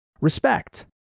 Respect